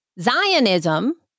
Zionism